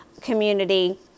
community